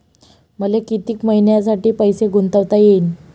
मले कितीक मईन्यासाठी पैसे गुंतवता येईन?